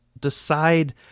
decide